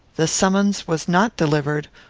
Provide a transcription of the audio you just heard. the summons was not delivered,